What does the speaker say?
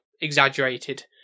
exaggerated